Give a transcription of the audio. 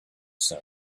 son